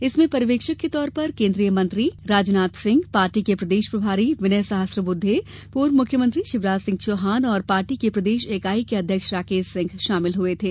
इसमें पर्यवेक्षक के तौर पर केंद्रीय मंत्री राजनाथ सिंह पार्टी के प्रदेश प्रभारी विनय सहस्त्रबुद्वे पूर्व मुख्यमंत्री शिवराज सिंह चौहान और पार्टी की प्रदेश इकाई के अध्यक्ष राकेश सिंह शामिल हुए थे